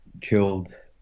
killed